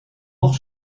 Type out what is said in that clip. nog